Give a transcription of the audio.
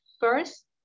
first